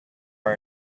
our